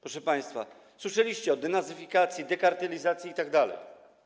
Proszę państwa, słyszeliście o denazyfikacji, dekartelizacji itd.